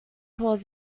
toward